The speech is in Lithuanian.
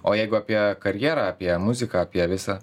o jeigu apie karjerą apie muziką apie visą